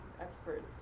experts